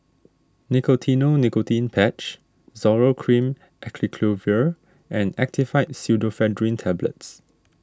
Nicotinell Nicotine Patch Zoral Cream Acyclovir and Actifed Pseudoephedrine Tablets